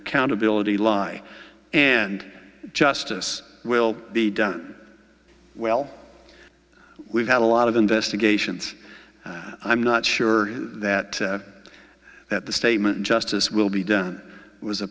accountability lie and justice will be done well we've had a lot of investigations i'm not sure that that the statement justice will be done was a